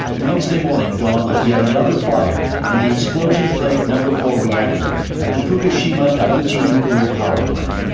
wednesday morning dawned with yet another fire in the explosion-plagued number four reactor at the fukushima daiichi nuclear power plant.